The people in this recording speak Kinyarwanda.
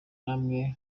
namwe